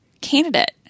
candidate